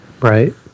Right